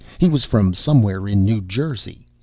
he was from somewhere in new jersey.